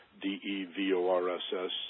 D-E-V-O-R-S-S